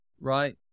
Right